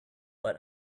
but